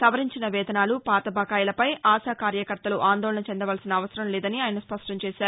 సవరించిన వేతనాలు పాత బకాయిలపై ఆశా కార్యకర్తలు ఆందోళన చెందవలసిన అవసరంలేదని ఆయన స్పష్లంచేశారు